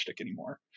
anymore